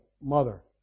mother